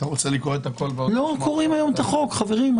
לא קוראים את החוק היום.